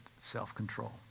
self-control